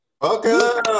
Welcome